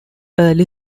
early